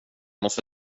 måste